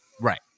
Right